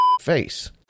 face